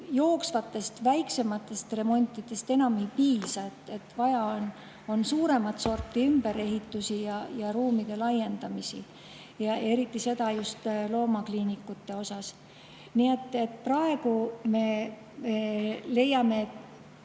jooksvatest väiksematest remontidest enam ei piisa, nüüd on vaja suuremat sorti ümberehitusi ja ruumide laiendamisi, eriti loomakliinikutes. Nii et praegu me leiame